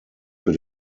für